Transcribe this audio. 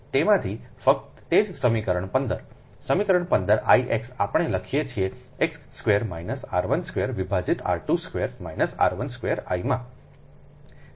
તેમાંથી ફક્ત તે જ સમીકરણ 15 સમીકરણ 15 I x આપણે લખીએ છીએ x square minus r 1 square વિભાજિત r 2 સ્ક્વેર માઇનસ r 1 સ્ક્વેર I માં